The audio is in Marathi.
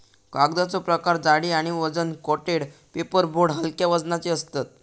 कागदाचो प्रकार जाडी आणि वजन कोटेड पेपर बोर्ड हलक्या वजनाचे असतत